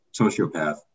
sociopath